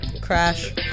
crash